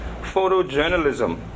photojournalism